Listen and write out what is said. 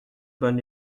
bonne